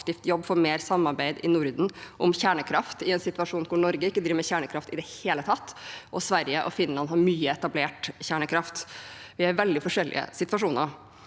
for mer samarbeid i Norden om kjernekraft, i en situasjon hvor Norge ikke driver med kjernekraft i det hele tatt, og Sverige og Finland har mye etablert kjernekraft. Vi er i veldig forskjel